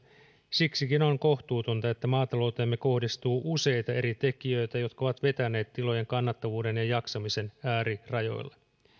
siksikin on kohtuutonta että maatalouteemme kohdistuu useita eri tekijöitä jotka ovat vetäneet tilojen kannattavuuden ja jaksamisen äärirajoille